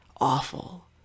awful